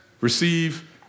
receive